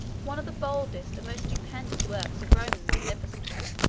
one of the boldest and most stupendous works of roman magnificence.